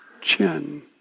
chin